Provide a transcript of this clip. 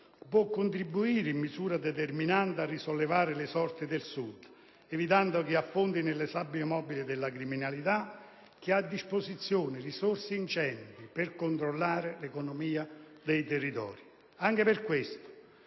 può contribuire in misura determinante a risollevare le sorti del Sud, evitando che affondi nelle sabbie mobili della criminalità, che ha a disposizione risorse ingenti per controllare l'economia dei territori. Anche per questo,